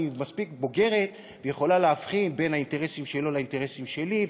אני מספיק בוגרת ויכולה להבחין בין האינטרסים שלו לאינטרסים שלי,